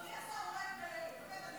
החברה הערבית בתחתית תאונות הדרכים.